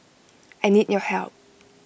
I need your help